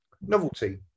novelty